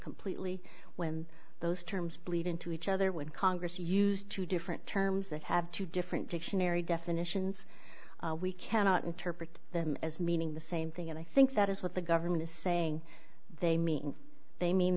completely when those terms bleed into each other when congress used two different terms that have two different dictionary definitions we cannot interpret them as meaning the same thing and i think that is what the government is saying they mean they mean